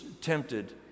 tempted